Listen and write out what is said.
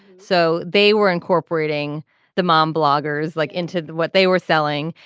so they were incorporating the mom bloggers like into what they were selling.